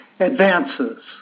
advances